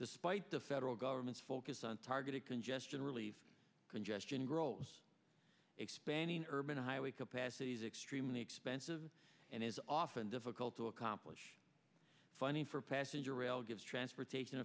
despite the federal government's focus on targeted congestion relieve congestion grows expanding urban highway capacities extremely expensive and is often difficult to accomplish funding for passenger rail gives transportation